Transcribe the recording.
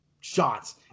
shots